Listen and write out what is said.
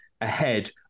ahead